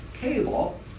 cable